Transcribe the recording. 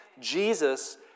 Jesus